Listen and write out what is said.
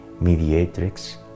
Mediatrix